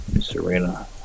Serena